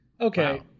Okay